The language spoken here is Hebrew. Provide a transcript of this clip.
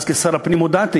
אז, כשר הפנים, הודעתי